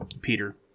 Peter